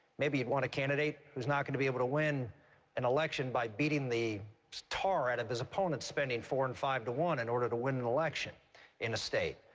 maybe you want a candidate who is not going to be able to win an election by beating the tar out of his opponent, spending four or and five to one in order to win an election in a state,